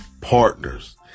partners